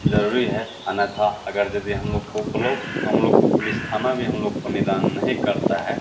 ज़रूरी है अन्यतः अगर यदी हम लोग को ब्लौक हम लोग को पुलिस थाना भी हम लोग को निदान नहीं करता है